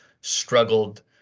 struggled